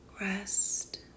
rest